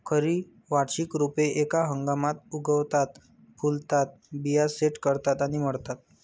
खरी वार्षिक रोपे एका हंगामात उगवतात, फुलतात, बिया सेट करतात आणि मरतात